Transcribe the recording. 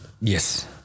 yes